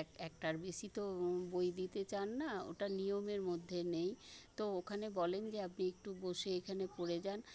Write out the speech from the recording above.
এক একটার বেশি তো বই দিতে চান না ওটা নিয়মের মধ্যে নেই তো ওখানে বলেন যে আপনি একটু বসে এখানে পড়ে যান